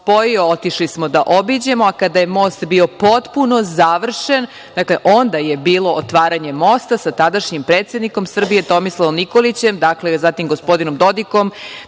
otišli smo da obiđemo, a kada je most bio potpuno završen, dakle onda je bilo otvaranje mosta sa tadašnjim predsednikom Srbije, Tomislavom Nikolićem, zatim gospodinom Dodikom,